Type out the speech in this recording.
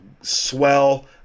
swell